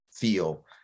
feel